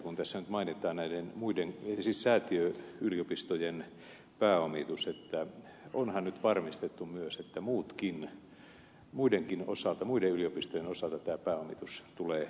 kun tässä nyt mainitaan näiden säätiöyliopistojen pääomitus niin onhan nyt varmistettu myös että muidenkin yliopistojen osalta tämä pääomitus tulee toimimaan